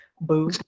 Boo